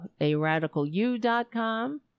aradicalu.com